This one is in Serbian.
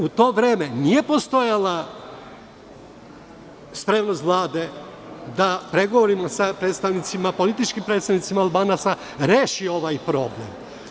U tovreme nije postojala spremnost Vlade da pregovorima sa političkim predstavnicima Albanaca reši ovaj problem.